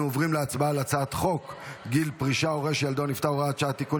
אני קובע כי הצעת חוק גיל פרישה (הורה שילדו נפטר) (הוראת שעה) (תיקון,